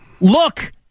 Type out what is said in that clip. Look